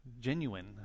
genuine